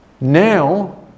Now